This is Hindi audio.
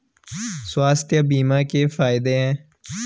स्वास्थ्य बीमा के फायदे हैं?